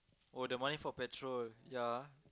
oh the money for petrol ya